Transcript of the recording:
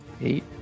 Eight